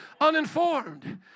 Uninformed